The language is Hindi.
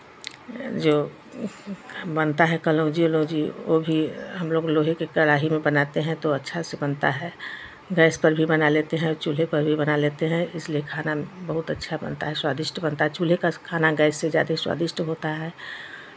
जो बनता है कनौजी उनौजी ओ भी हमलोग लोहे के कड़ाही में बनाते हैं तो अच्छा से बनता है गैस पर भी बना लेते हैं चूल्हे पर भी बना लेते हैं इसलिए खाना बहुत अच्छा बनता है स्वादिष्ट बनता है चूल्हे का खाना गैस से ज़्यादे स्वादिष्ट होता है